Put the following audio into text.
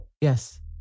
Yes